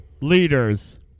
leaders